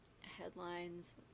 headlines